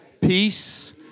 peace